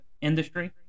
industry